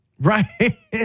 Right